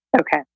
Okay